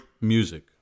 music